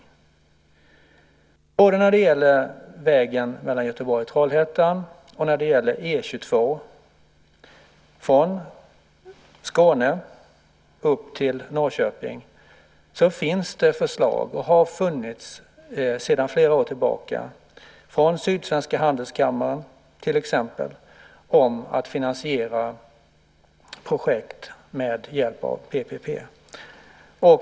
Det finns förslag både när det gäller vägen mellan Göteborg och Trollhättan och när det gäller E 22 från Skåne upp till Norrköping. Det har funnits förslag sedan flera år tillbaka, till exempel från Sydsvenska handelskammaren, om att finansiera projekt med hjälp av PPP.